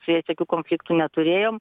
su jais jokių konfliktų neturėjom